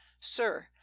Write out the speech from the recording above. Sir